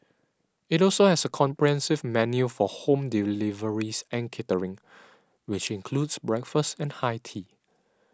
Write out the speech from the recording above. it also has a comprehensive menu for home deliveries and catering which includes breakfast and high tea